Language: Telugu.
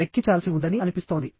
ఈ ఫిగర్ లో చూపిన విధంగా ఉంటుంది